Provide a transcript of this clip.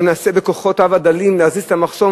מנסה בכוחותיו הדלים להזיז את המחסום,